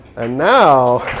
and now